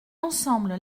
ensemble